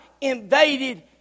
invaded